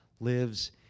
lives